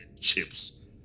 chips